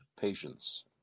patience